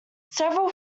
several